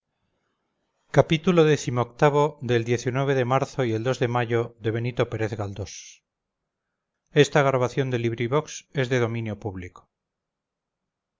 xxvi xxvii xxviii de marzo y el de mayo de benito pérez